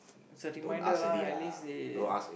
it's a reminder lah at least they